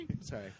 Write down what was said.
Sorry